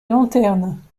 lanterne